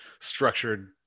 structured